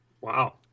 Wow